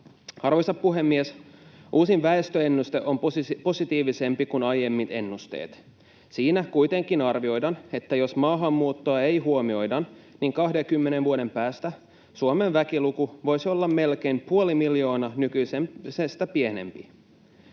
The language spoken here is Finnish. Arvoisa puhemies! Uusin väestöennuste on positiivisempi kuin aiemmat ennusteet. Siinä kuitenkin arvioidaan, että jos maahanmuuttoa ei huomioida, niin 20 vuoden päästä Suomen väkiluku voisi olla melkein puoli miljoonaa nykyistä pienempi.